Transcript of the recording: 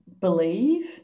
believe